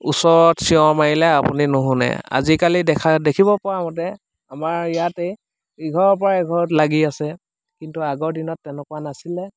ওচৰত চিঞৰ মাৰিলে আপুনি নুশুনে আজিকালি দেখা দেখিব পোৱামতে আমাৰ ইয়াতেই ইঘৰৰ পৰা ইঘৰত লাগি আছে কিন্তু আগৰ দিনত তেনেকুৱা নাছিলে